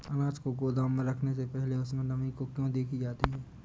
अनाज को गोदाम में रखने से पहले उसमें नमी को क्यो देखी जाती है?